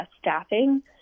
staffing